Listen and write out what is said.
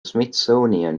smithsonian